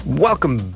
Welcome